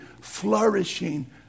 flourishing